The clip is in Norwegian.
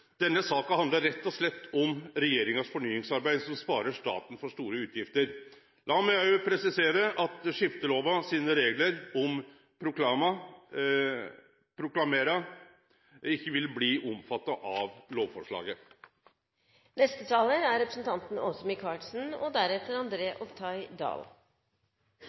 Denne saka handlar rett og slett om regjeringa sitt fornyingsarbeid, som sparer staten for store utgifter. La meg også presisere at skiftelova sine reglar om proklama ikkje vil bli omfatta av lovforslaget. Det er kommet viktige forslag til endringer, og